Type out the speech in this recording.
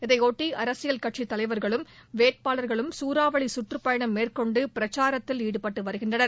இதையொட்டி அரசியல் கட்சித் தலைவர்களும் வேட்பாளர்களும் குறாவளி குற்றுப்பயணம் மேற்கொண்டு பிரச்சாரத்தில் ஈடுபட்டு வருகின்றனர்